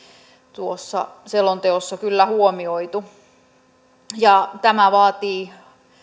tuossa selonteossa kyllä huomioitu tämä vaatii